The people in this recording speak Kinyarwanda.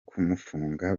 kumufunga